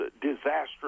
disastrous